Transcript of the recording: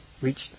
reached